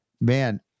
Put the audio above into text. man